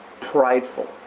prideful